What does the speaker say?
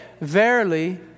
verily